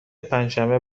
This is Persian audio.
پنجشنبه